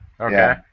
Okay